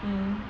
mm